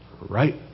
Right